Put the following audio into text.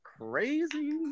crazy